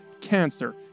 cancer